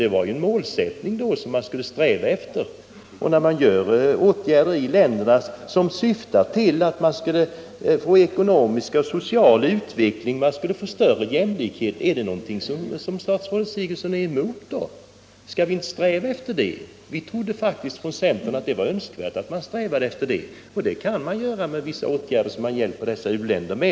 Det är en målsättning som man skall sträva efter att uppfylla. Att man i de olika länderna vidtar åtgärder som syftar till bättre social och ekonomisk utveckling och större jämlikhet, är det någonting som statsrådet Sigurdsen är emot? Vi trodde faktiskt i centern att det är önskvärt att sträva efter det, och det målet kan man förverkliga genom vissa åtgärder som hjälper u-länderna.